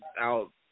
out